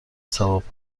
ثواب